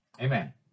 amen